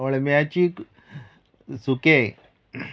अळम्याची सुकें